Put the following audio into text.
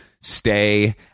stay